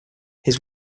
his